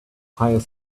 hires